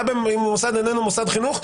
מה אם המוסד איננו מוסד חינוך?